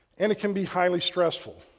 and it can be highly stressful.